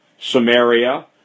Samaria